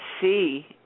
see